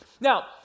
Now